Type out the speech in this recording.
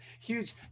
huge